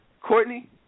Courtney